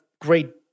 great